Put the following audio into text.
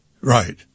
Right